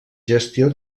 gestió